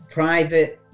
private